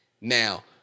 Now